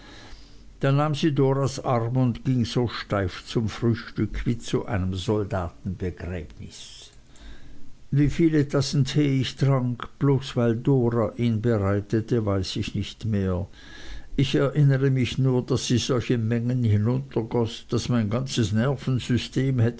nahm sie doras arm und ging so steif zum frühstück wie zu einem soldatenbegräbnis wie viele tassen tee ich trank bloß weil dora ihn bereitete weiß ich nicht mehr ich erinnere mich nur daß ich solche mengen hinuntergoß daß mein ganzes nervensystem